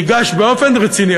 תיגש באופן רציני,